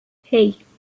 hey